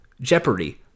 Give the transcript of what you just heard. Jeopardy